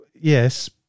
Yes